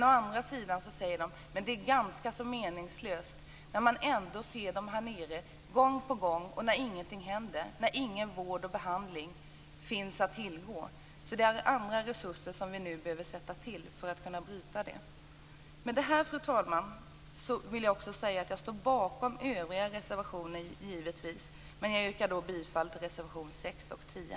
Å andra sidan säger de att det är ganska så meningslöst när man ändå ser dem gång på gång och ingenting händer, när ingen vård och behandling finns att tillgå. Det är andra resurser som vi nu behöver sätta in för att kunna bryta det. Med detta, fru talman, vill jag säga att jag givetvis står bakom även övriga reservationer, men jag yrkar bifall till reservationerna 6 och 10.